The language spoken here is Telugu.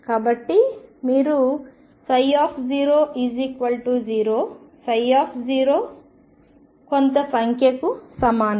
కాబట్టి మీరు 00 0 కొంత సంఖ్యకు సమానం